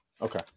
Okay